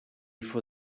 for